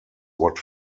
what